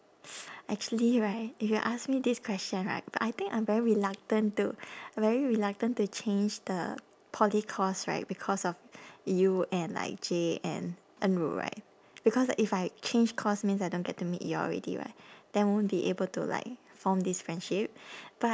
actually right if you ask me this question right I think I'm very reluctant to very reluctant to change the poly course right because of you and like J and en ru right because if I change course means I don't get to meet y'all already [what] then won't be able to like form this friendship but